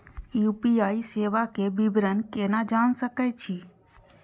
UPI सेवा के विवरण केना जान सके छी?